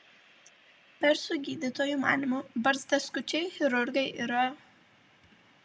persų gydytojų manymu barzdaskučiai chirurgai yra